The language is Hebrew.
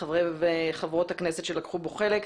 לחברי וחברותך הכנסת שלקחו בו חלק.